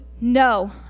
no